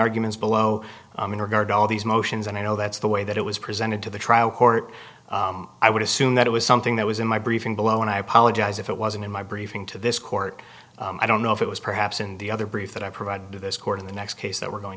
arguments below in regard to all these motions and i know that's the way that it was presented to the trial court i would assume that it was something that was in my briefing below and i apologize if it wasn't in my briefing to this court i don't know if it was perhaps in the other brief that i provided to this court in the next case that we're going